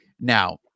Now